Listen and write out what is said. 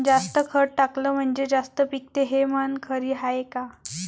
जास्त खत टाकलं म्हनजे जास्त पिकते हे म्हन खरी हाये का?